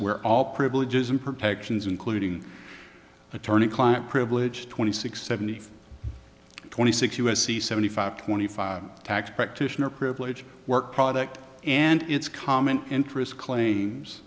where all privileges and protections including attorney client privilege twenty six seventy five twenty six u s c seventy five twenty five tax practitioner privilege work product and its common interest claims